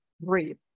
breathe